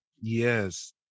Yes